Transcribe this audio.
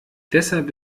deshalb